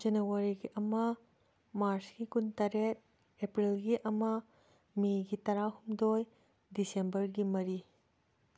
ꯖꯅꯋꯥꯔꯤꯒꯤ ꯑꯃ ꯃꯥꯔꯁꯀꯤ ꯀꯨꯟꯇꯔꯦꯠ ꯑꯦꯄ꯭ꯔꯤꯜꯒꯤ ꯑꯃ ꯃꯦꯒꯤ ꯇꯔꯥꯍꯨꯝꯗꯣꯏ ꯗꯤꯁꯦꯝꯕꯔꯒꯤ ꯃꯔꯤ